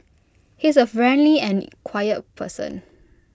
he is A friendly and quiet person